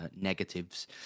negatives